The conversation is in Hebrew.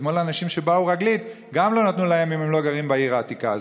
אתמול גם לאנשים שבאו רגלית לא נתנו אם הם לא גרים בעיר העתיקה.